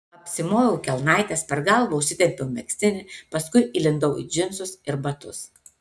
apsimoviau kelnaites per galvą užsitempiau megztinį paskui įlindau į džinsus ir batus